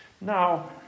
Now